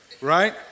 right